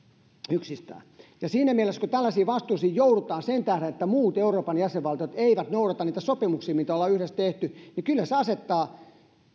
yksistään siinä mielessä kun tällaisiin vastuisiin joudutaan sen tähden että muut euroopan jäsenvaltiot eivät noudata niitä sopimuksia joita ollaan yhdessä tehty kyllä se asettaa